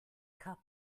cup